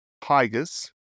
tigers